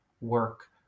work